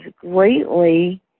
greatly